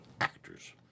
actors